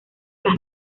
las